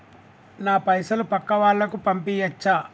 నా పైసలు పక్కా వాళ్ళకు పంపియాచ్చా?